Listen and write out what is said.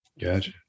Gotcha